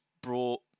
brought